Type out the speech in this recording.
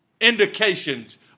indications